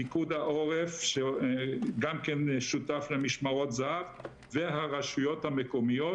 פיקוד העורף שגם כן שותף למשמרות זהב והרשויות המקומיות,